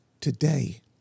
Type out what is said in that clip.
today